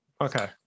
Okay